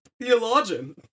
theologian